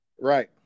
Right